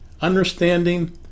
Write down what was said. understanding